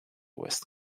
west